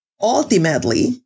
Ultimately